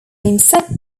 insect